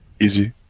Easy